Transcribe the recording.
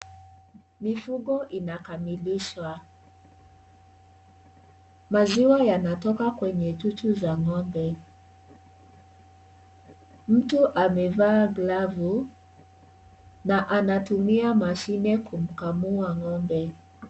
Mifugo inakamilishwa, maziwa yanatoka kwenye chuchu za ng'ombe. Mtu amevaa glavu na anatumia mashina kukamua ng'ombe.